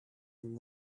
and